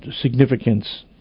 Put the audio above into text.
significance